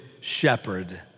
shepherd